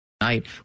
Night